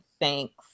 Thanks